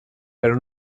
pero